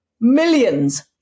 millions